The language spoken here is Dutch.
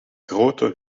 grote